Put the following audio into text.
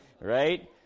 right